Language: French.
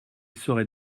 serait